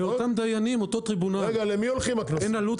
לאותם דיינים ולטריבונל, אין עלות